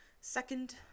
second